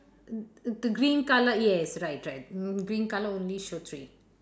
th~ th~ the green colour yes right right uh green colour only show three